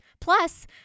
Plus